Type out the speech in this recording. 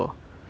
ya